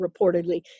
reportedly